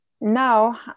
now